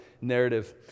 narrative